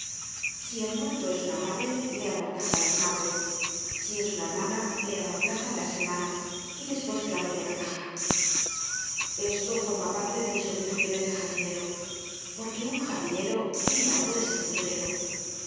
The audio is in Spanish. si el muerto es una madre le amortajan las madres si es una hermana le amortajaji las hermanas y despues clavo yo la caja esto forma parte de mis obligaciones de jardinero porque un jardinero tiene algo de sepulturero